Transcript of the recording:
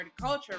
culture